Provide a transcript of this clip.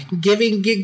giving